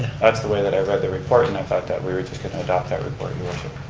that's the way that i read the report and i thought that we were just going to adopt that report, your worship.